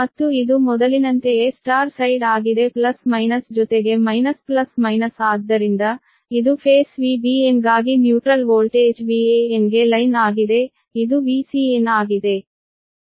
ಮತ್ತು ಇದು ಮೊದಲಿನಂತೆಯೇ Y ಸೈಡ್ ಆಗಿದೆ ಪ್ಲಸ್ ಮೈನಸ್ ಜೊತೆಗೆ ಮೈನಸ್ ಪ್ಲಸ್ ಮೈನಸ್ ಆದ್ದರಿಂದ ಇದು ಫೇಸ್ VBn ಗಾಗಿ ನ್ಯೂಟ್ರಲ್ ವೋಲ್ಟೇಜ್ VAn ಗೆ ಲೈನ್ ಆಗಿದೆ ಇದು VCn ಆಗಿದೆ